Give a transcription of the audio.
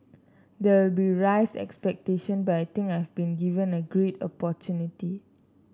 there will be raised expectation but I think I have been given a great opportunity